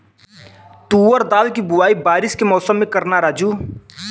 तुवर दाल की बुआई बारिश के मौसम में करना राजू